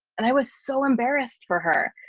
and i was so embarrassed for her.